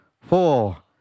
four